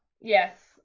yes